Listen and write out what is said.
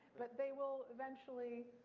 but they will eventually,